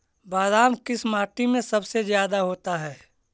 बादाम किस माटी में सबसे ज्यादा होता है?